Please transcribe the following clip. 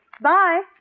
Bye